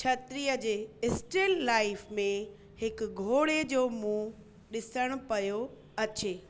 क्षत्रिय जे still life में हिकु घोड़े जो मुंहुं ॾिसण पियो अचे